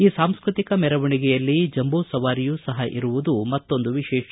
ಈ ಸಾಂಸ್ಕೃತಿಕ ಮೆರಣಿವಣಿಗೆಯಲ್ಲಿ ಜಂಬೂಸವಾರಿಯೂ ಸಹ ಇರುವುದು ಮತ್ತೊಂದು ವಿಶೇಷ